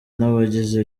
n’abagize